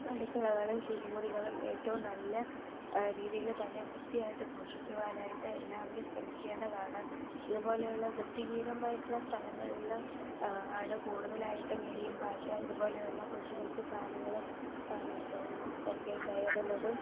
അടുക്കളകളും ശുചിമുറികളും ഏറ്റവും നല്ല രീതിയില് തന്നെ വൃത്തിയായിട്ട് സൂക്ഷിക്കുവാനായിട്ട് എല്ലാവരും ശ്രമിക്കേണ്ടതാണ് ഇതുപോലെയുള്ള വൃത്തിഹീനമായിട്ടുള്ള സ്ഥലങ്ങളിലും ആണ് കൂടുതലായിട്ടും എലിയും പാറ്റ ഇതുപോലെയുള്ള കൊച്ചു കൊച്ചു പ്രാണികളും ഒക്കെ കയറുന്നതും